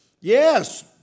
yes